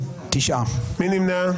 מי נמנע?